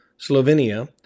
Slovenia